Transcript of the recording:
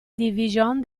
división